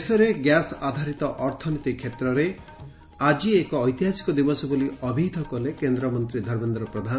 ଦେଶରେ ଗ୍ୟାସ ଆଧାରିତ ଅର୍ଥନୀତି କ୍ଷେତ୍ରରେ ଆଜିର ଦିନ ଏକ ଐତିହାସିକ ଦିବସ ବୋଲି ଅଭିହିତ କଲେ କେନ୍ଦ୍ରମନ୍ତୀ ଧର୍ମେନ୍ଦ୍ର ପ୍ରଧାନ